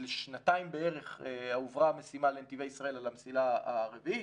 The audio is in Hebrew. שנתיים בערך הועברה המשימה לנתיבי ישראל על המסילה הרביעית,